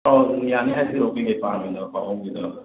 ꯑꯧ ꯌꯥꯅꯤ ꯍꯥꯏꯕꯤꯔꯛꯑꯣ ꯀꯩ ꯀꯩ ꯄꯥꯝꯃꯦꯗꯣ ꯄꯥꯕꯨꯡꯒꯤꯗꯣ